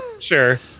Sure